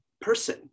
person